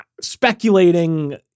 Speculating